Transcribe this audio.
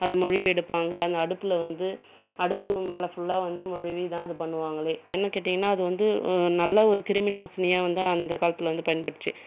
அத மொழுகி எடுப்பாங்க அங்கே அடுப்பில் வந்து அடுப்பு மேல் ஃபுல்லாக வந்து மொழுகி தான் இது பண்ணுவாங்களே ஏன்னு கேட்டீங்கன்னா அது வந்து நல்ல ஒரு கிருமி நாசினியாக வந்து அந்த காலத்தில் வந்து பயன்பட்டுது